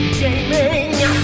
gaming